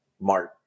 march